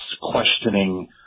questioning